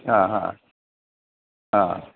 हां हां हां